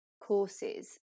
courses